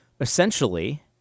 essentially